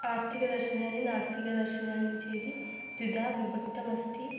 आस्तिकदर्शनानि नास्तिकदर्शनानि चेति द्विधा विभक्तं अस्ति